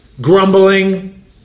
Grumbling